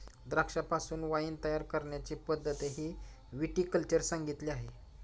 द्राक्षांपासून वाइन तयार करण्याची पद्धतही विटी कल्चर सांगितली आहे